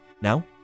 Now